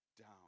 down